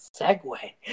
segue